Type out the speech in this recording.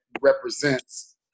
represents